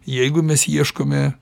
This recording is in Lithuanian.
jeigu mes ieškome